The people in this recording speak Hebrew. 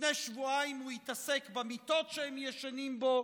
לפני שבועיים הוא התעסק במיטות שהם ישנים בהן,